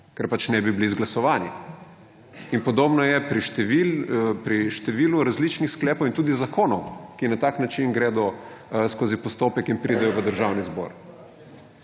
ker pač ne bi bili izglasovani. In podobno je pri številu različnih sklepov in tudi zakonov, ki na tak način gredo skozi postopek in pridejo v Državni zbor.